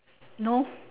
no